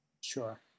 Sure